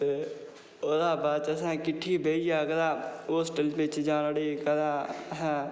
ते ओह्दे बाद असें किट्ठी बेहियै कदें होस्टल बिच जाना उठी कदें असें